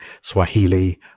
Swahili